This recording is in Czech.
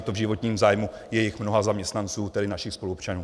Je to v životním zájmu jejich mnoha zaměstnanců, tedy našich spoluobčanů.